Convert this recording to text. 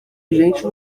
gente